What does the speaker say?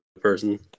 person